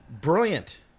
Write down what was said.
Brilliant